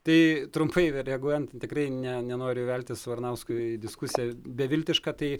tai trumpai reaguojant tikrai ne nenoriu veltis su varanausku į diskusiją beviltiška tai